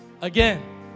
again